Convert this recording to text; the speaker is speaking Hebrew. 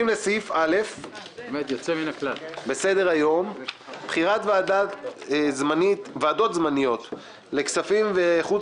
3. בחירת ועדה זמנית לענייני כספים ולענייני חוץ